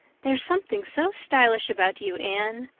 there's something so stylish about you, anne,